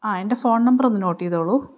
ആ എൻ്റെ phone number ഒന്ന് നോട്ട് ചെയ്തോളൂ